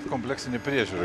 kompleksinė priežiūra